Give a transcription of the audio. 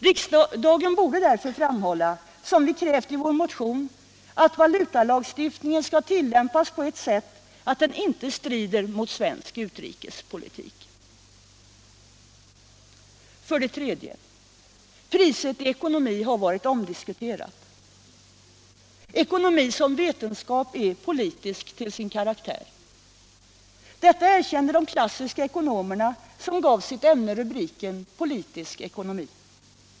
Riksdagen borde därför framhålla, såsom vi krävt i motionen, att valutalagstiftningen skall tillämpas på så sätt att den inte strider mot svensk utrikespolitik. Priset i ekonomi har varit omdiskuterat. Ekonomin som vetenskap är politisk till sin karaktär. Detta erkände de klassiska ekonomerna som gav sitt ämne rubriken politisk ekonomi.